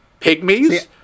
Pygmies